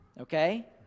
Okay